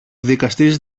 δικαστής